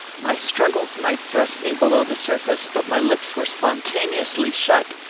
my struggles might thrust me below the surface, but my lips were spontaneously shut,